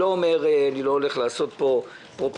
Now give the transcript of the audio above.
אני לא הולך לעשות פרופגנדה,